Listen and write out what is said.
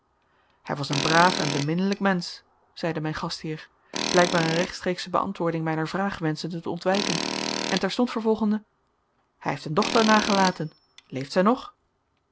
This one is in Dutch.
hij was een braaf en beminnelijk mensch zeide mijn gastheer blijkbaar een rechtstreeksche beantwoording mijner vraag wenschende te ontwijken en terstond vervolgende hij heeft een dochter nagelaten leeft zij nog